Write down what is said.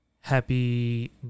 happy